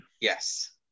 Yes